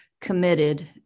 committed